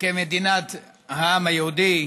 כבירת מדינת העם היהודי,